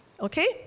okay